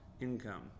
income